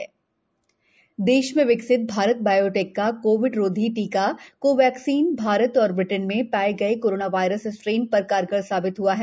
Covaxin प्रभाव देश में विकसित भारत बायोटेक का कोविड रोधी टीका कोवैक्सीन भारत और ब्रिटेन में पाये गये कोरोना वायरस स्ट्रेन पर कारगर साबित हआ है